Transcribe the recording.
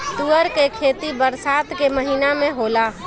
तूअर के खेती बरसात के महिना में होला